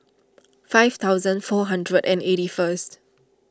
five thousand four hundred and eighty first